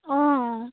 অঁ অঁ